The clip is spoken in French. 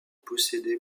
possédé